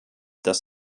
das